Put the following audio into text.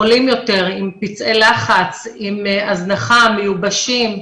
חולים יותר, עם פצעי לחץ, עם הזנחה, מיובשים.